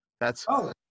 That's-